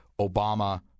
Obama